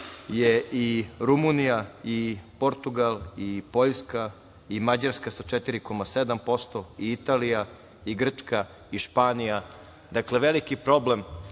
je i Rumunija, i Portugal, i Poljska, i Mađarska sa 4,7%, i Italija i Grčka, i Španija. Dakle, veliki problem